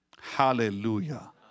Hallelujah